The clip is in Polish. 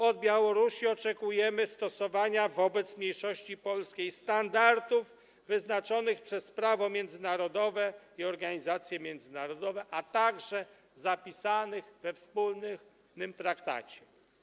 Od Białorusi oczekujemy stosowania wobec mniejszości polskiej standardów wyznaczonych przez prawo międzynarodowe i organizacje międzynarodowe, a także zapisanych we wspólnym traktacie.